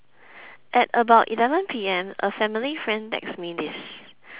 at about eleven P_M a family friend texts me this